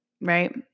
right